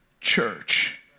church